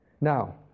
Now